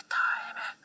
time